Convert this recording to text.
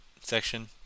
section